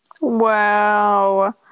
Wow